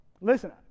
Listen